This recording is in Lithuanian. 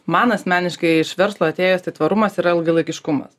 man asmeniškai iš verslo atėjęs tai tvarumas yra ilgalaikiškumas